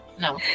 no